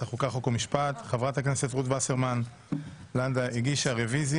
חוק להתמודדות עם תופעת דמי החסות (תיקוני חקיקה),